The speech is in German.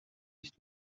ich